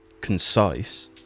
concise